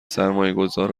سرمایهگذار